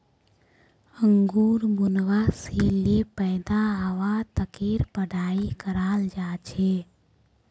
अंगूर बुनवा से ले पैदा हवा तकेर पढ़ाई कराल जा छे